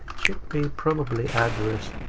probably address,